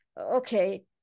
okay